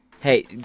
Hey